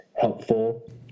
helpful